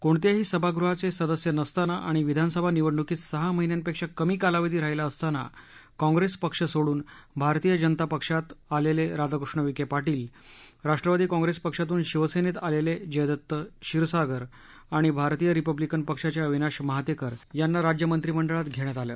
कोणत्याही सभागृहाचे सदस्य नसताना आणि विधानसभा निवडणुकीस सहा महिन्यांपेक्षा कमी कालावधी राहिला असताना काँप्रेस पक्ष सोडून भारतीय जनता पक्षात आलेले राधाकृष्ण विखे पाटील राष्ट्रवादी काँप्रेस पक्षातून शिवसेनेत आलेले जयदत्त क्षीरसागर आणि भारतीय रिपब्लिकन पक्षाचे अविनाश महातेकर यांना राज्य मंत्रिमंडळात घेण्यात आलं